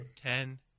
Ten